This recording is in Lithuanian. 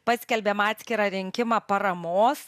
paskelbėm atskirą rinkimą paramos